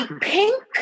pink